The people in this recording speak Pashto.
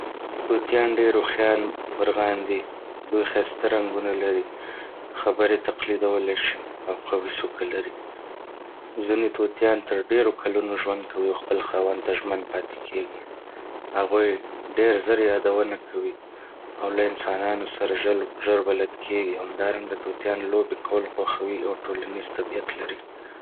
طوطيان ډېر هوښیار مرغان دي. دوی ښایسته رنګونه لري، خبرې تقليدولای شي، او قوي څوکه لري. ځینې طوطيان تر ډېرو کلونو ژوند کوي او خپل خاوند ته ژمن پاتې کېږي. هغوی ډېر زر یادونه کوي، او له انسانانو سره ژر بلد کېږي. همدارنګه، طوطيان لوبې کول خوښوي او ټولنیز طبیعت لري.